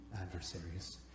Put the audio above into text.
adversaries